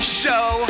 show